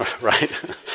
Right